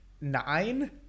nine